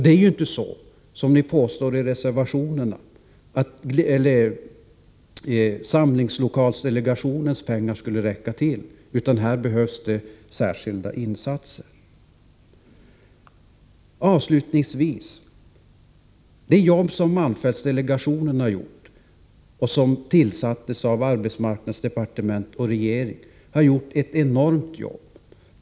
Det är ju inte så som ni påstår i reservationerna, att pengarna från samlingslokalsdelegationen räcker till, utan här behövs särskilda insatser. Avslutningsvis: malmdelegationen, som tillsattes av regeringen, har gjort ett enormt bra jobb.